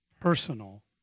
personal